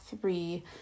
three